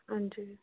हां जी